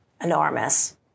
enormous